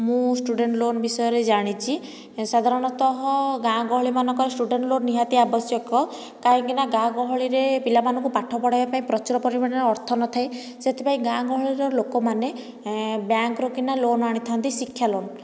ମୁଁ student loan ବିଷୟରେ ଜାଣିଛି ସାଧାରଣତଃ ଗାଁ ଗହଳିମାନଙ୍କରେ ଷ୍ଟୁଡେଣ୍ଟ ଲୋନ୍ ନିହାତି ଆବଶ୍ୟକ କାହିଁକିନା ଗାଁ ଗହଳିରେ ପିଲାମାନଙ୍କୁ ପାଠ ପଢ଼ାଇବା ପାଇଁ ପ୍ରଚୁର ପରିମାଣରେ ଅର୍ଥ ନଥାଏ ସେଥିପାଇଁ ଗାଁ ଗହଳିର ଲୋକମାନେ ବ୍ୟାଙ୍କରୁ କିନା ଲୋନ୍ ଆଣିଥାନ୍ତି ଶିକ୍ଷା ଲୋନ୍